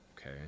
okay